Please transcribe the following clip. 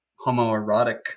homoerotic